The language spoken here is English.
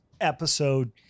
episode